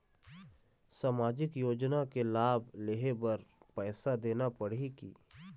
सामाजिक योजना के लाभ लेहे बर पैसा देना पड़ही की?